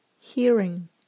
hearing